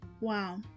Wow